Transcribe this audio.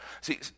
See